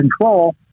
control